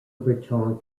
raton